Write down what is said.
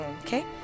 Okay